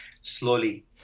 slowly